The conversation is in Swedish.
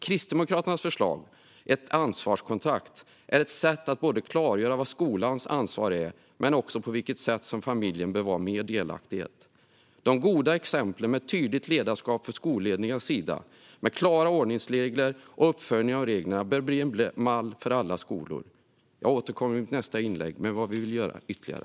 Kristdemokraternas förslag om ett ansvarskontrakt är ett sätt att klargöra både vad skolans ansvar är och på vilket sätt familjen bör vara mer delaktig. De goda exemplen på tydligt ledarskap från skolledningarnas sida, med klara ordningsregler och uppföljning av reglerna, bör bli mall för alla skolor. Jag återkommer i mitt nästa inlägg till vad vi vill göra ytterligare.